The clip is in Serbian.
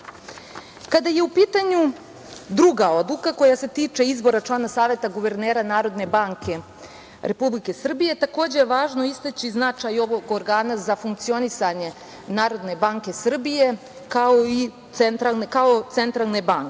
je u pitanju druga odluka koja se tiče izbora člana Saveta guvernera Narodne banke Republike Srbije, takođe je važno istaći značaj ovog organa za funkcionisanje Narodne banke Srbije, kao Centralne banke.